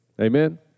Amen